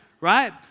right